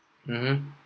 mmhmm